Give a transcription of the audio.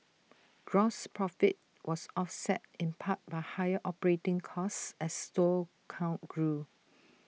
gross profit was offset in part by higher operating costs as store count grew